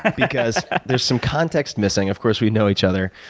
and because there's some context missing. of course we know each other.